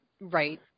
right